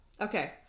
Okay